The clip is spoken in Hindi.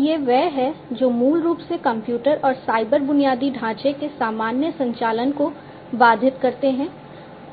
तो ये वे हैं जो मूल रूप से कंप्यूटर और साइबर बुनियादी ढांचे के सामान्य संचालन को बाधित करते हैं